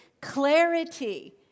clarity